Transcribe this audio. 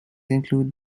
include